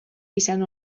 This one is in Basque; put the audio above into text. izan